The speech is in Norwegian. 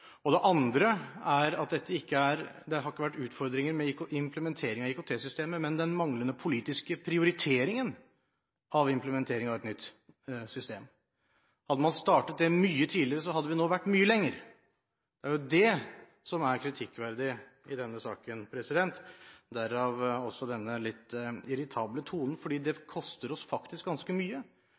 og det andre er at det har ikke vært utfordringer med implementeringen av IKT-systemet, men med den manglende politiske prioriteringen av implementeringen av et nytt system. Hadde man startet mye tidligere, hadde vi nå vært mye lengre. Det er det som er det kritikkverdige i denne saken, derav også denne litt irritable tonen, for det koster oss faktisk ganske mye.